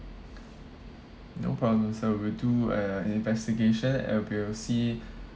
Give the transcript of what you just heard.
no problem so we'll do uh an investigation and we'll see